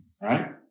Right